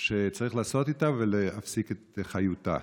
שצריך לעשות איתה, ולהפסיק את חיותה,